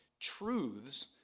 truths